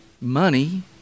money